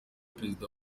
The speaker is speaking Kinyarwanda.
perezida